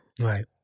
Right